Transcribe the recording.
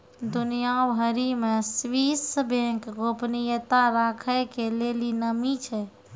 दुनिया भरि मे स्वीश बैंक गोपनीयता राखै के लेली नामी छै